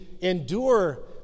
endure